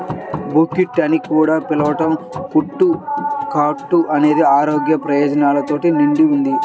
buckwheat అని కూడా పిలవబడే కుట్టు కా అట్ట అనేది ఆరోగ్య ప్రయోజనాలతో నిండి ఉంది